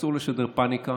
שאסור לשדר פניקה